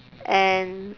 and